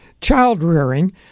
child-rearing